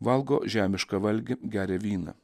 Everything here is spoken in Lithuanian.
valgo žemišką valgį geria vyną